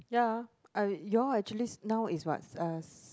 ya uh you all actually now is what uh